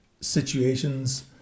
situations